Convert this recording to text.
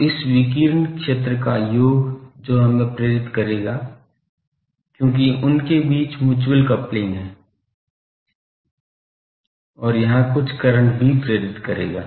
तो इस विकीर्ण क्षेत्र का योग जो यहां प्रेरित करेगा क्योंकि उनके बीच मुच्यूअल कपलिंग है और यहां कुछ करंट भी प्रेरित करेगा